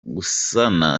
gusana